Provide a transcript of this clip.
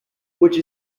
which